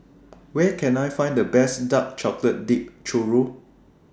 Where Can I Find The Best Dark Chocolate Dipped Churro